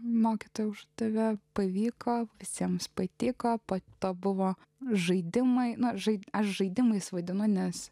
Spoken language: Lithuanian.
mokytoja uždavė pavyko visiems patiko po to buvo žaidimai mažai žaidimais vadinu nes